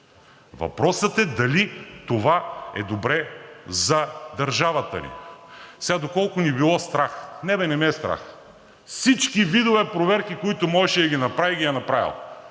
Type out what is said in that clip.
Въпросът е дали това е добре за държавата ни? Сега, доколко ни било страх. Не, не ме е страх. Всички видове проверки, които можеше да ги направи, ги е направил.